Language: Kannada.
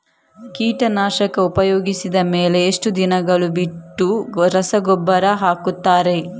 ಕೀಟನಾಶಕ ಉಪಯೋಗಿಸಿದ ಮೇಲೆ ಎಷ್ಟು ದಿನಗಳು ಬಿಟ್ಟು ರಸಗೊಬ್ಬರ ಹಾಕುತ್ತಾರೆ?